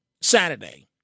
Saturday